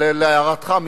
להערתך,